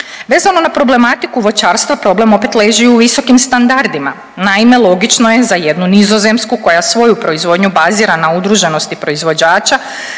Vezano na problematiku voćarstva problem opet leži u visokim standardima. Naime, logično je za jednu Nizozemsku koja svoju proizvodnju bazira na udruženosti proizvođača